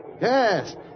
Yes